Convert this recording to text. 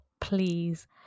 please